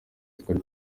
twari